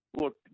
Look